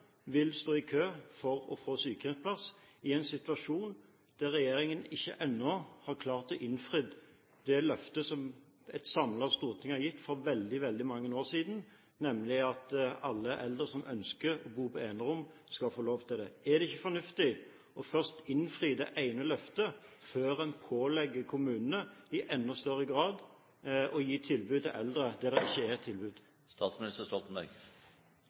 vil stå i kø for å få sykehjemsplass, i en situasjon der regjeringen ikke ennå har klart å innfri det løftet som et samlet storting har gitt for veldig, veldig mange år siden, nemlig at alle eldre som ønsker å bo på enerom, skal få lov til det. Er det ikke fornuftig først å innfri det ene løftet før en pålegger kommunene i enda større grad å gi tilbud til eldre der det ikke er tilbud?